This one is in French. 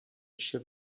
chef